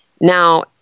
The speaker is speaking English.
now